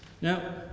Now